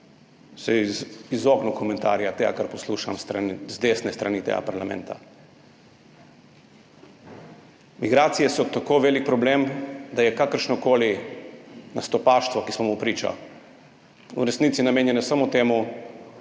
bom izognil komentarju tega, kar poslušam z desne strani tega parlamenta. Migracije so tako velik problem, da je kakršnokoli nastopaštvo, ki smo mu priča, v resnici namenjeno samo temu,